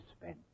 spent